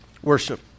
Worship